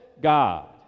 god